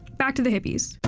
back to the hippies.